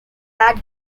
are